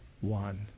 one